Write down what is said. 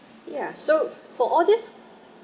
ya so for all these